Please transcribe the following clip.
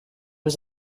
was